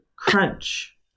crunch